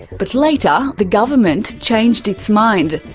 but later, the government changed its mind.